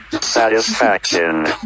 satisfaction